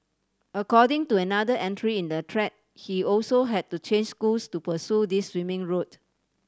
according to another entry in the thread he also had to change schools to pursue this swimming route